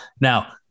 Now